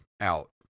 out